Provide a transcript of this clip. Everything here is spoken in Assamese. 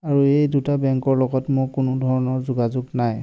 আৰু এই দুটা বেংকৰ লগত মোৰ কোনো ধৰণৰ যোগাযোগ নাই